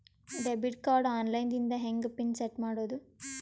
Debit card online ದಿಂದ ಹೆಂಗ್ pin set ಮಾಡೋದು?